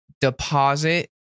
deposit